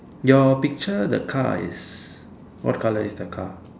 your picture the car is what color is the car